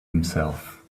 himself